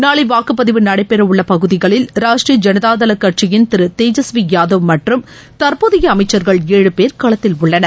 நாளை வாக்குப்பதிவு நடைபெற உள்ள பகுதிகளில் ராஷ்ட்ரிய ஜனதாதள கட்சியின் திரு தேஜஸ்வி யாதவ் மற்றும் தற்போதைய அமைச்சர்கள் ஏழு பேர் களத்தில் உள்ளனர்